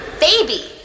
baby